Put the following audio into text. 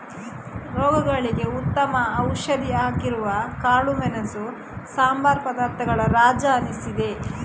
ರೋಗಗಳಿಗೆ ಉತ್ತಮ ಔಷಧಿ ಆಗಿರುವ ಕಾಳುಮೆಣಸು ಸಂಬಾರ ಪದಾರ್ಥಗಳ ರಾಜ ಅನಿಸಿದೆ